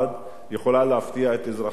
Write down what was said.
יכולה להפתיע את אזרחי ישראל.